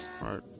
Right